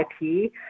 IP